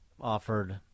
offered